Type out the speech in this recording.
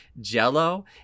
jello